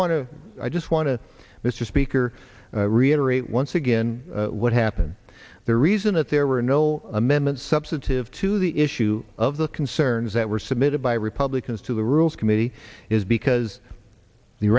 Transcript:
want to i just want to mr speaker reiterate once again what happened the reason that there were no amendments substantive to the issue of the concerns that were submitted by republicans to the rules committee is because the